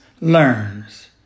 learns